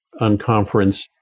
unconference